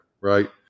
right